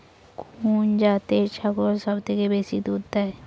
কুন জাতের ছাগল সবচেয়ে বেশি দুধ দেয়?